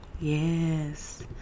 Yes